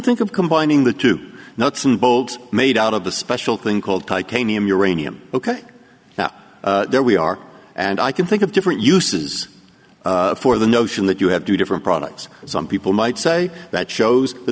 think of combining the two nuts and bolts made out of the special thing called like a name uranium ok now there we are and i can think of different uses for the notion that you have two different products some people might say that shows